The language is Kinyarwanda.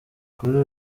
kuri